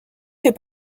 fait